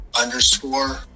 underscore